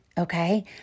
Okay